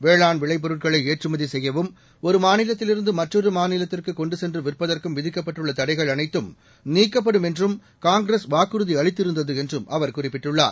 வேளாண் விளைபொருட்களை ஏற்றுமதி செய்யவும் ஒரு மாநிலத்திலிருந்து மற்றொரு மாநிலத்திற்கு கொண்டு சென்று விற்பதற்கும் விதிக்கப்பட்டுள்ள தடைகள் அனைத்தும் நீக்கப்படும் என்றும் காங்கிரஸ் வாக்குறுதி அளித்திருந்தது என்றும் அவர் குறிப்பிட்டுள்ளார்